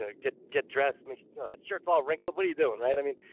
ah get get dressed, make sure it's all wrinkled. what are you doing, right? i mean,